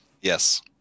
Yes